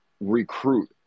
recruit